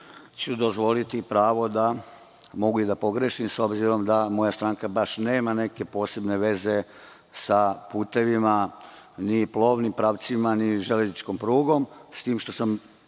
ću dozvoliti pravo da mogu i da pogrešim, s obzirom da moja stranka nema neke posebne veze sa putevima ni plovnim pravcima, ni železničkom prugom, s tim što sam